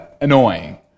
annoying